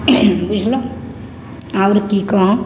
बुझलहुँ आओर कि कहौँ